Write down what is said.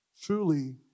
Truly